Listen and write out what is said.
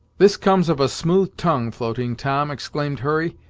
this comes of a smooth tongue, floating tom, exclaimed hurry,